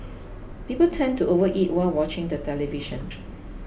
people tend to overeat while watching the television